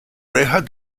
rejas